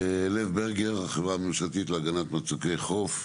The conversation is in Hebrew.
לב ברגר, החברה הממשלתית להגנת מצוקי חוף.